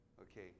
okay